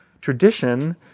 tradition